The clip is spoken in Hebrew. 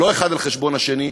לא אחד על חשבון השני,